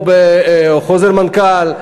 או בחוזר מנכ"ל,